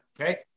okay